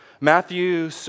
Matthew